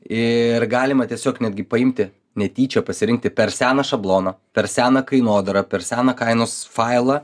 ir galima tiesiog netgi paimti netyčia pasirinkti per seną šabloną per seną kainodarą per seną kainos failą